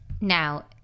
Now